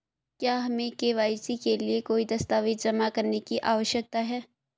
क्या हमें के.वाई.सी के लिए कोई दस्तावेज़ जमा करने की आवश्यकता है?